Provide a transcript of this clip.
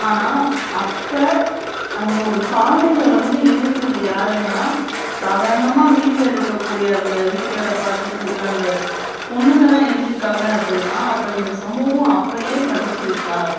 ஆனால் அப்போ அந்த ஒரு பானையில் வந்து எழுதிருக்குறது யாருன்னால் சாதாரணமாக வீட்டில் இருக்கக்கூடிய அந்த வீட்டு வேலை பார்த்துட்டு இருக்கிற அந்த பெண்ணுங்க தான் எழுதிருக்காங்க அப்படின்னா அப்போ இந்த சமூகம் அப்போயே படிச்சு இருக்கா